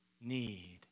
need